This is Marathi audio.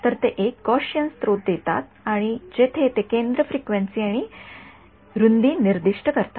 तर ते एक गॉसिअन स्त्रोत देतात जेथे ते केंद्र फ्रिक्वेन्सी आणि रुंदी निर्दिष्ट करतात